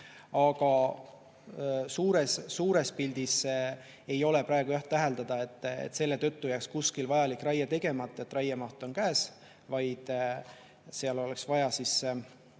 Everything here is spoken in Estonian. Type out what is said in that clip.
Aga suures pildis ei ole praegu, jah, täheldada, et selle tõttu jääks kuskil vajalik raie tegemata, et raiemaht on [täis], vaid seal oleks vaja teha